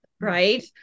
Right